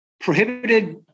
prohibited